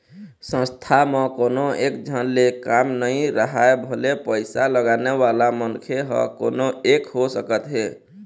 संस्था म कोनो एकझन ले काम नइ राहय भले पइसा लगाने वाला मनखे ह कोनो एक हो सकत हे